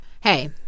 hey